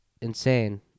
insane